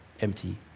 empty